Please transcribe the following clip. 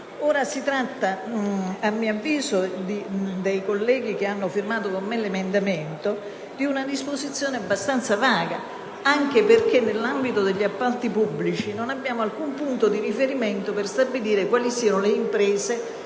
Ora si tratta, ad avviso mio e dei colleghi che hanno firmato l'emendamento, di una disposizione abbastanza vaga, anche perché nell'ambito degli appalti pubblici non abbiamo alcun punto di riferimento per stabilire quali siano le imprese